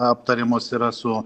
aptariamos yra su